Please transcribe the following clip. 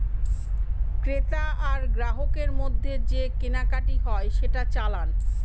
ক্রেতা আর গ্রাহকের মধ্যে যে কেনাকাটি হয় সেটা চালান